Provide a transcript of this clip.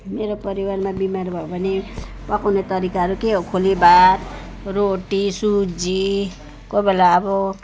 मेरो परिवारमा बिमार भयो भने पकाउने तरिकाहरू के हो खोलेभात रोटी सुजी कोहीबेला अब